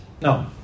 No